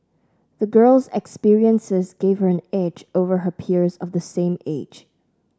the girl's experiences gave her an edge over her peers of the same age